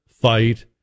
fight